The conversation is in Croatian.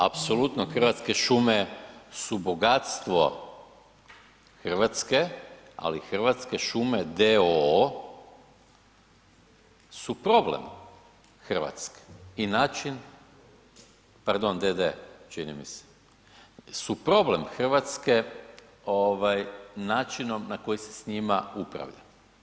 Apsolutno hrvatske šume su bogatstvo Hrvatske, ali Hrvatske šume d.o.o. su problem Hrvatske i način, pardon, d.d. čini mi se, su problem Hrvatske načinom na koji se s njima upravlja.